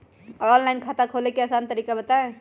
Online खाता खोले के आसान तरीका बताए?